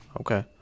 Okay